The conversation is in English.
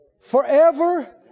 forever